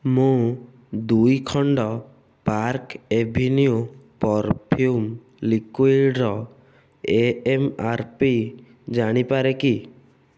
ମୁଁ ଦୁଇ ଖଣ୍ଡ ପାର୍କ୍ ଏଭିନ୍ୟୁ ପରଫ୍ୟୁମ୍ ଲିକ୍ୱିଡ଼୍ର ଏ ଏମ୍ ଆର୍ ପି ଜାଣିପାରେ କି